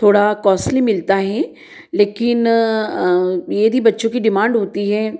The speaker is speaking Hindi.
थोड़ा कॉस्टली मिलता है लेकिन यदि बच्चों की डिमांड होती है